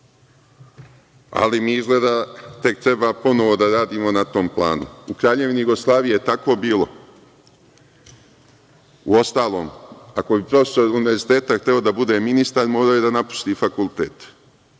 Izgleda mi tek treba da radimo na tom planu.U Kraljevini Jugoslaviji je tako bilo. Uostalom, ako bi profesor univerziteta hteo da bude ministar, morao je da napusti fakultet.